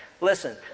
Listen